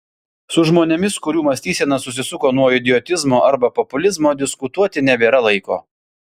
su žmonėmis kurių mąstysena susisuko nuo idiotizmo arba populizmo diskutuoti nebėra laiko